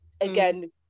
Again